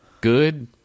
good